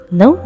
no